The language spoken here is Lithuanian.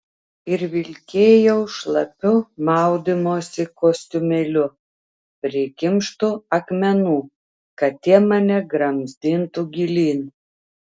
ir vilkėjau šlapiu maudymosi kostiumėliu prikimštu akmenų kad tie mane gramzdintų gilyn